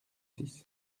six